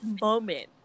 moment